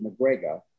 McGregor